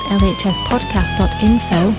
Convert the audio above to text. lhspodcast.info